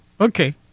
Okay